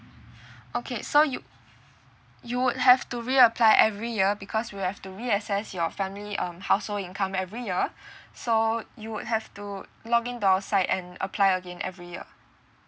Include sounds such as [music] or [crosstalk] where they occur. okay so you you would have to reapply every year because we have to reassess your family um household income every year [breath] so you would have to log in to our site and apply again every year